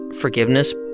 forgiveness